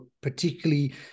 particularly